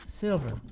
silver